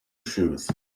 shoes